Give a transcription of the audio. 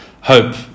hope